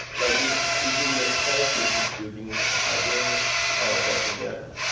like is is it necessary to keep building hardware back again?